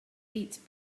eats